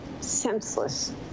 senseless